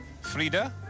Frida